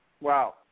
Wow